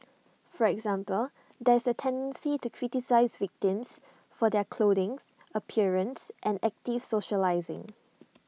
for example there is A tendency to criticise victims for their clothing appearance and active socialising